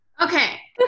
Okay